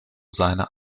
seine